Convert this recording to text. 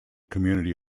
community